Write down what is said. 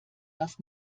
das